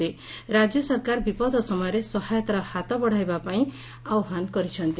ରାକ୍ୟ ସରକାର ବିପଦ ସମୟରେ ସହାୟତାର ହାତ ବଢ଼ାଇବା ପାଇଁ ଆହ୍ୱାନ କରିଛନ୍ତି